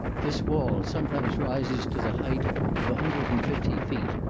this wall sometimes rises to the height of a hundred and fifty feet,